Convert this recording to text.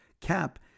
Cap